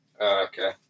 okay